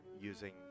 using